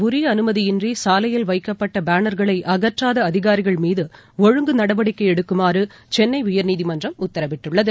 உரியஅனுமதியின்றிசாலையில் வைக்கப்பட்டபேனர்களைஅகற்றாதஅதிகாரிகள் சென்னையில் மீதுஒழுங்கு நடவடிக்கைஎடுக்குமாறுசென்னைஉயர்நீதிமன்றம் உத்தரவிட்டுள்ளது